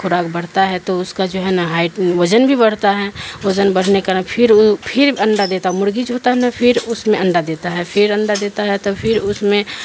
کھوراک بڑھتا ہے تو اس کا جو ہے نا ہائٹ وزن بھی بڑھتا ہے وزن بڑھنے کان پھر پھر بھی انڈا دیتا ہے مرغی جو ہوتا ہے ہم پھر اس میں انڈا دیتا ہے پھر انڈا دیتا ہے تو پھر اس میں